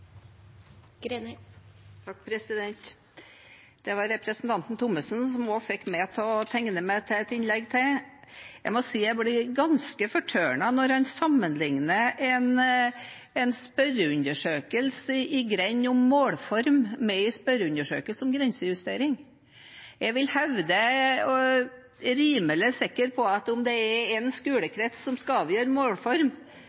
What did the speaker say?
Det var representanten Thommessen som fikk også meg til å tegne meg til et innlegg til. Jeg må si jeg blir ganske fortørnet når han sammenligner en spørreundersøkelse om målform i en grend med en spørreundersøkelse om grensejustering. Jeg vil hevde og er rimelig sikker på at om det i en